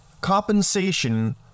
compensation